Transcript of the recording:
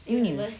mm